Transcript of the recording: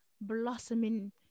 blossoming